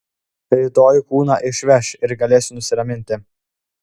rytoj kūną išveš ir galėsiu nusiraminti